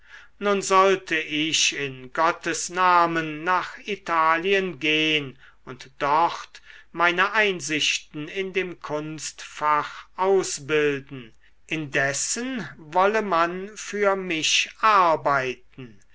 nun sollte ich in gottes namen nach italien gehn und dort meine einsichten in dem kunstfach ausbilden indessen wolle man für mich arbeiten